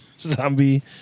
zombie